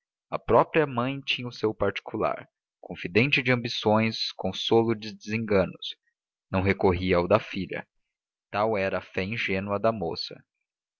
a própria mãe tinha o seu particular confidente de ambições consolo de desenganos não recorria ao da filha tal era a fé ingênua da moça